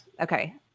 Okay